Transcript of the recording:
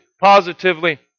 positively